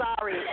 sorry